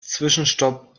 zwischenstopp